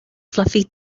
fluffy